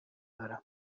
wurde